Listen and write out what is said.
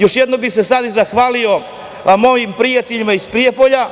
Još jednom bih se sada i zahvalio mojim prijateljima iz Prijepolja,